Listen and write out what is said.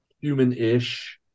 human-ish